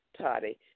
Toddy